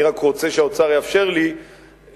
אני רק רוצה שהאוצר יאפשר לי לממן